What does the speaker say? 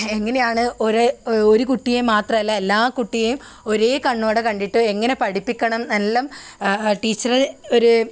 എങ്ങനെയാണ് ഒരു ഒരു കുട്ടിയെ മാത്രമല്ല എല്ലാ കുട്ടിയെയും ഒരേ കണ്ണോടെ കണ്ടിട്ട് എങ്ങനെ പഠിപ്പിക്കണം എല്ലാം ടീച്ചർ ഒരു